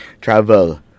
travel